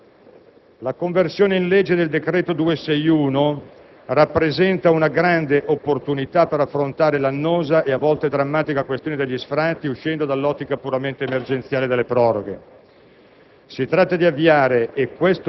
In conclusione, la conversione in legge del decreto 29 settembre 2006, n. 261, rappresenta una grande opportunità per affrontare l'annosa e a volte drammatica questione degli sfratti uscendo dall'ottica puramente emergenziale delle proroghe.